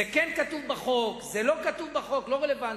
זה כן כתוב בחוק, זה לא כתוב בחוק, זה לא רלוונטי.